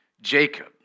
Jacob